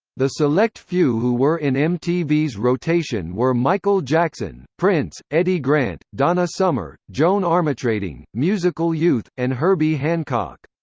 the select few who were in mtv's rotation were michael jackson, prince, eddy grant, donna summer, joan armatrading, musical youth, and herbie hancock.